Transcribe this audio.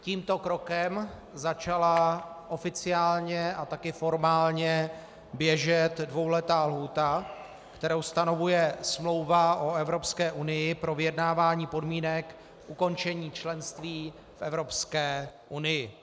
Tímto krokem začala oficiálně a taky formálně běžet dvouletá lhůta, kterou stanovuje Smlouva o Evropské unii pro vyjednávání podmínek ukončení členství v Evropské unii.